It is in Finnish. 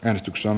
äänestyksen